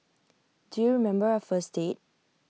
do you member our first date